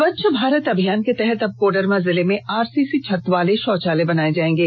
स्वच्छ भारत अभियान के तहत अब कोडरमा जिले में आरसीसी छत वाले शौचालय बनाए जाएंगे